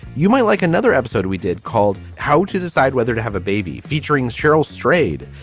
you might like another episode we did called how to decide whether to have a baby featuring cheryl strayed.